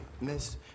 Miss